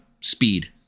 speed